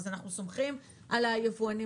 אז אנחנו סומכים על היבואנים.